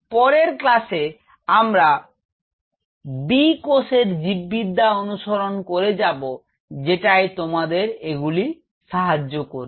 পরের ক্লাসে আমরা B কোষের জীববিদ্যা অনুসরণ করে যাব যেটায় তোমাদের এগুলি সাহায্য করবে